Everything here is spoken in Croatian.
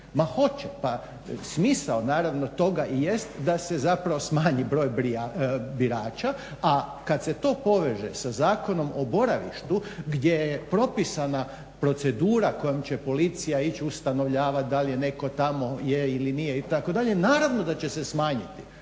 Ma hoće, pa smisao naravno toga i jest da se zapravo smanji broj birača, a kad se to poveže sa Zakonom o boravištu gdje je propisana procedura kojom će Policija ići ustanovljavati da li je netko tamo, je ili nije itd. naravno da će se smanjiti.